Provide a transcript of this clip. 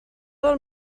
del